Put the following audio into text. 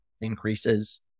increases